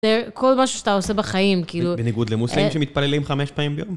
זה כל מה שאתה עושה בחיים, כאילו... בניגוד למוסלמים שמתפללים חמש פעמים ביום.